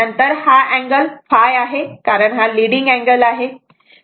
नंतर हा अँगल ϕ आहे कारण हा लीडिंग अँगल आहे